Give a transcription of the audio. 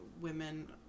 Women